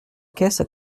caisse